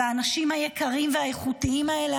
באנשים היקרים והאיכותיים האלה,